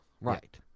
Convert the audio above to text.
Right